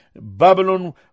Babylon